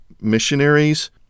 missionaries